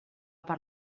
per